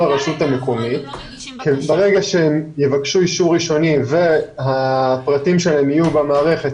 הרשות המקומית וברגע שהם יבקשו אישור ראשוני והפרטים שלהם יהיו במערכת,